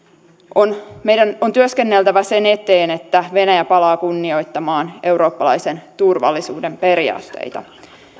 meidän on työskenneltävä sen eteen että venäjä palaa kunnioittamaan eurooppalaisen turvallisuuden periaatteita